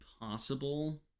possible